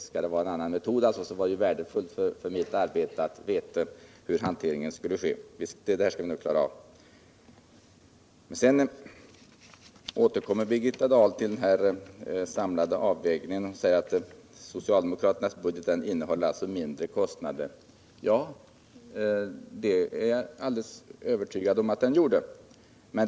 Skall en annan metod tillämpas är det ju värdefullt för mitt arbete att jag vet hur hanteringen skall ske. Det skall vi nog klara av. Birgitta Dahl återkommer till den samlade avvägningen och säger att socialdemokraternas budget upptog mindre kostnader. Ja, det är klart att den gjorde det.